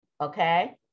okay